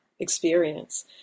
experience